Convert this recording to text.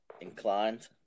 inclined